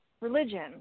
religion